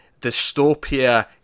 dystopia